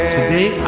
today